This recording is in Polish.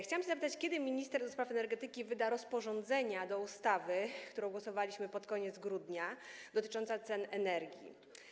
Chciałam zapytać, kiedy minister do spraw energetyki wyda rozporządzenia do ustawy, nad którą głosowaliśmy pod koniec grudnia, dotyczącej cen energii?